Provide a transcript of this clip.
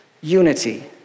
unity